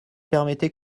permettez